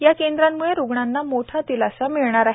या केंद्रामुळे रुग्णांना मोठा दिलासा मिळणार आहे